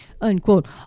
unquote